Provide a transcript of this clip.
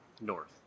North